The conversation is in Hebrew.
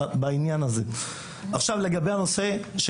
לגבי הנושא,